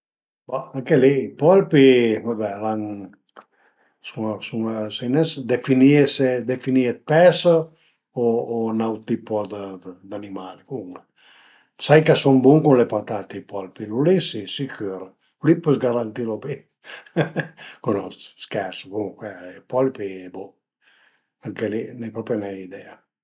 Ma anche li i polpi va be al an a sun a sun sai nen se definìe pes o n'aut tipo d'animal comuncue, sai ch'a sun bun cun le patate i polpi, lu li si sicür, lo li pös garantilu mi schersu comuncue i polpi bo, anche li, n'a propi ne idea